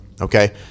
okay